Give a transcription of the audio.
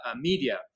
media